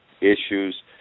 issues